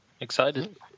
excited